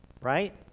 right